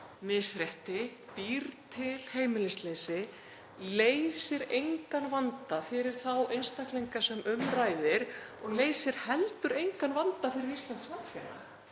misrétti, býr til heimilisleysi, þá leysir hún engan vanda fyrir þá einstaklinga sem um ræðir og leysir heldur engan vanda fyrir íslenskt samfélag.